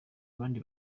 abandi